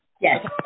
Yes